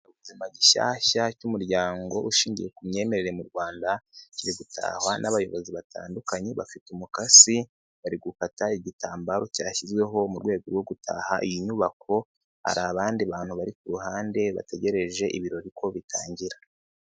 Gishyashya cy'umuryango ushingiye ku myemerere mu Rwanda kiri gutahwa n'abayobozi batandukanye bafite umukasi bari gukata igitambaro cyashyizweho mu rwego rwo gutaha iyi nyubako hari abandi bantu bari ku ruhande bategereje ibirori ko bitangira.